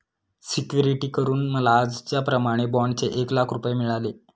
security करून मला आजच्याप्रमाणे बाँडचे एक लाख रुपये मिळाले